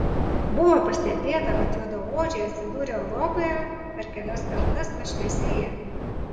buvo pastebėta kad juodaodžiai atsidūrę europoje per kelias kartas pašviesėja